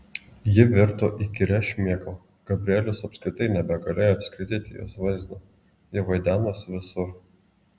ji virto įkyria šmėkla gabrielius apskritai nebegalėjo atsikratyti jos vaizdo ji vaidenosi visur